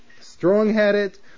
strong-headed